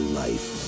life